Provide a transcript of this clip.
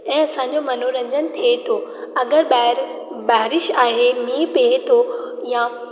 ऐं असांजो मनोरंजन थिए थो अगरि ॿाहिरि बारिश आहे मीह पए थो या